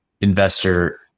investor